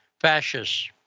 fascists